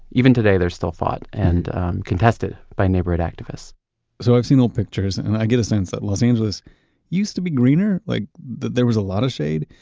even today, there's still fought and contested by neighborhood activists so i've seen old pictures and i get a sense that los angeles used to be greener, like there was a lot of shade.